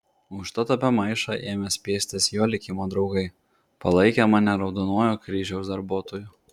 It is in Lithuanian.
užtat apie maišą ėmė spiestis jo likimo draugai palaikę mane raudonojo kryžiaus darbuotoju